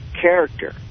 character